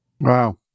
Wow